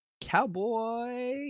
Cowboy